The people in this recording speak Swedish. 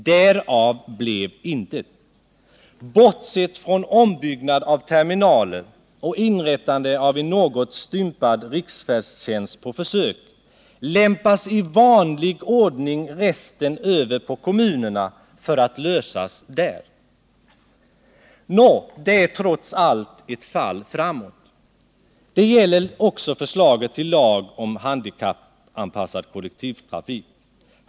Därav blev intet. Bortsett från ombyggnad av terminaler och inrättande av en något stympad riksfärdtjänst på försök, lämpas i vanlig ordning resten över på kommunerna för att lösas där. Nå, det är trots allt ett fall framåt. Det gäller också förslaget till lag om handikappanpassad kollektivtrafik.